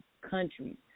countries